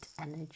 energy